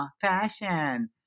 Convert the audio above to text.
Fashion